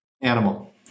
animal